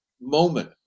moment